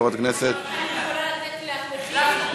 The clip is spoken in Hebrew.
אני יכולה לתת לאחמד טיבי?